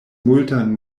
multan